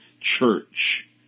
church